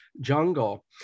jungle